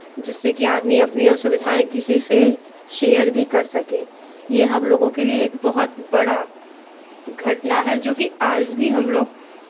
जिससे कि आदमी अपनी असुविधाएं किसी से शेयर भी कर सके ये हम लोगों के लिए एक बहुत बड़ा घटना है जो कि आज भी हम लोग